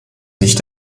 nicht